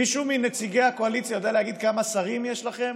מישהו מנציגי הקואליציה יודע להגיד כמה שרים יש לכם?